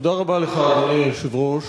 תודה רבה לך, אדוני היושב-ראש.